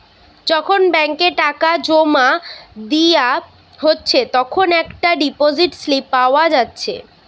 যখন ব্যাংকে টাকা জোমা দিয়া হচ্ছে তখন একটা ডিপোসিট স্লিপ পাওয়া যাচ্ছে